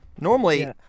Normally